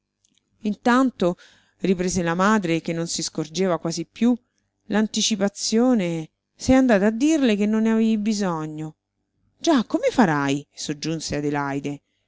intanto riprese la madre che non si scorgeva quasi più l'anticipazione sei andata a dirle che non ne avevi bisogno già come farai soggiunse adelaide